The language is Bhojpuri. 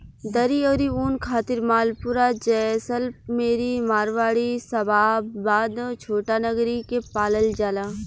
दरी अउरी ऊन खातिर मालपुरा, जैसलमेरी, मारवाड़ी, शाबाबाद, छोटानगरी के पालल जाला